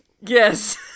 Yes